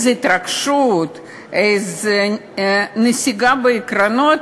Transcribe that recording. איזו התרגשות, איזו נסיגה בעקרונות,